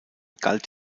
galt